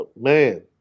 Man